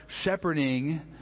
shepherding